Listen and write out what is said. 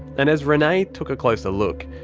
and as renay took a closer look,